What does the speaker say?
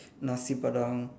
Nasi Padang